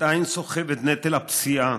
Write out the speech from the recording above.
ועדיין סוחב את נטל הפציעה: